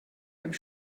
einem